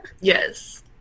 Yes